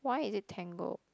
why is it tangled